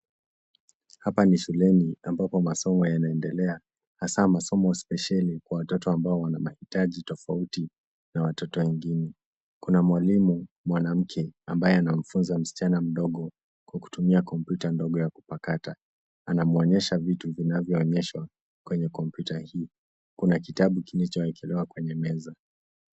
Hapa ni shuleni ambapo masomo yanaendelea hasa masomo spesheli kwa watoto ambao wana mahitaji tofauti na watoto wengine. Kuna mwalimu mwanamke ambaye anamfunza msichana mdogo kwa kutumia kompyuta ndogo ya kupakata. Anamuonesha vitu vinavyooneshwa kwenye kompyuta hii. Kuna kitabu kilichowekelewa kwenye meza.